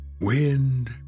wind